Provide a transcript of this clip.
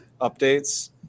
updates